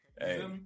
Hey